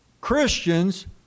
Christians